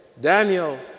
Daniel